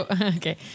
okay